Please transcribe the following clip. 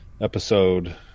episode